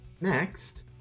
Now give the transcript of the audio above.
Next